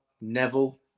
Neville